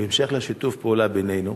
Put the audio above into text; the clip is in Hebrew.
בהמשך לשיתוף פעולה בינינו: